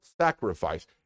sacrifice